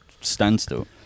standstill